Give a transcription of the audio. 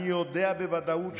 אני יודע בוודאות שלחלקכם,